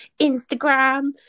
instagram